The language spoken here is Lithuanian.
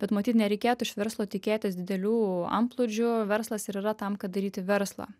bet matyt nereikėtų iš verslo tikėtis didelių antplūdžių verslas ir yra tam kad daryti verslą